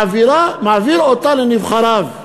מעביר אותה לנבחריו.